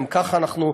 גם ככה אנחנו,